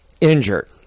injured